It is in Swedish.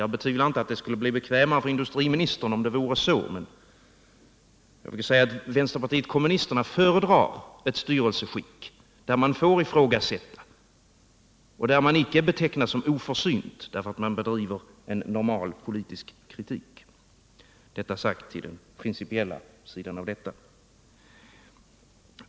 Jag betvivlar inte att det skulle bli bekvämare för industriministern om det vore så, men vänsterpartiet kommunisterna föredrar ett styrelseskick där man får ifrågasätta och där man icke betecknas som oförsynt för att man bedriver en normal politisk kritik. Detta sagt om den principiella sidan av denna sak.